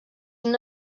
una